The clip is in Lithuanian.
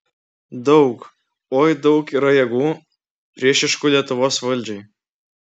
daug oi daug yra jėgų priešiškų lietuvos valdžiai